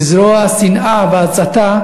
לזרוע שנאה והצתה,